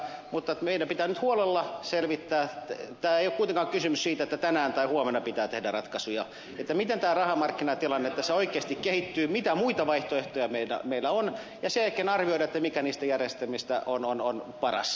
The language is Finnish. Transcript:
mutta meidän pitää nyt huolella selvittää ei ole kuitenkaan kysymys siitä että tänään tai huomenna pitää tehdä ratkaisuja miten tämä rahamarkkinatilanne tässä oikeasti kehittyy mitä muita vaihtoehtoja meillä on ja sen jälkeen arvioida mikä niistä järjestelmistä on paras